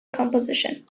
composition